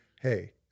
hey